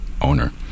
owner